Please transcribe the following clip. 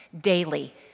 daily